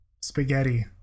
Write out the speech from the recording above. spaghetti